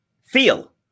Feel